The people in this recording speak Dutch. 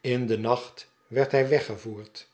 in den nacht werd hij weggevoerd